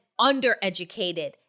undereducated